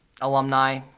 alumni